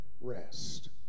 rest